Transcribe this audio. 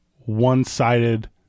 one-sided